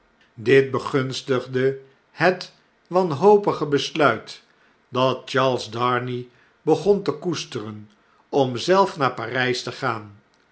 dit begunstigde het wanhopige besluit dat charles darnay begon te koesteren om zelf naar partf s te gaan